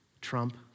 Trump